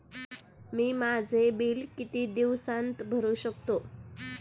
मी माझे बिल किती दिवसांत भरू शकतो?